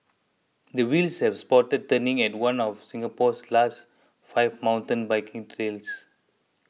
the wheels have stopped turning at one of Singapore's last five mountain biking trails